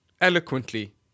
eloquently